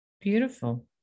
Beautiful